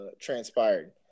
transpired